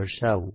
દર્શાવી શકું